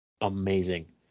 amazing